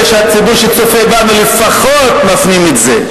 אני מקווה שהציבור שצופה בנו לפחות מפנים את זה.